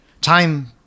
Time